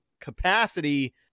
capacity